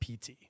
PT